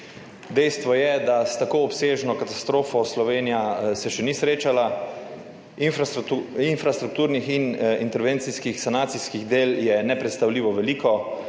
Dejstvo je, da s tako obsežno katastrofo Slovenija se še ni srečala. Infrastrukturnih in intervencijskih sanacijskih del je nepredstavljivo veliko.